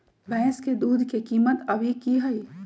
भैंस के दूध के कीमत अभी की हई?